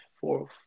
Four